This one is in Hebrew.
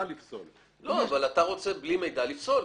אתה רוצה בלי מידע לפסול.